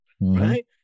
Right